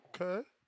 Okay